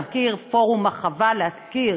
רק להזכיר פורום החווה, להזכיר